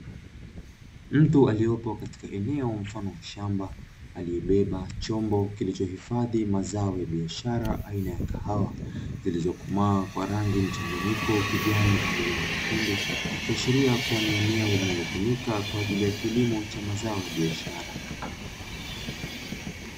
Mtu aliepo katika eneo mfano wa shamba aliebeba chombo kilichohifadhi mazao ya biashara aina ya kahawa zilizokomaa kwa rangi mchanganyiko kijani pamoja na nyekundu, ikiashiria kuwa ni eneo linalotumika kwajili ya kilimo cha mazao ya biashara.